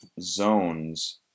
zones